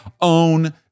own